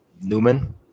Newman